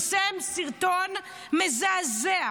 שפרסם סרטון מזעזע,